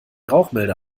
rauchmelder